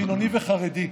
חילוני וחרדי.